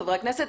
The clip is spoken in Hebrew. חברי הכנסת,